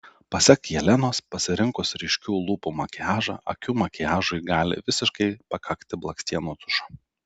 pasak jelenos pasirinkus ryškių lūpų makiažą akių makiažui gali visiškai pakakti blakstienų tušo